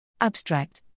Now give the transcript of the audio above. Abstract